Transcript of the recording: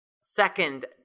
Second